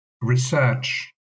research